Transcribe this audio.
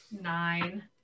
Nine